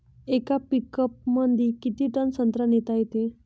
येका पिकअपमंदी किती टन संत्रा नेता येते?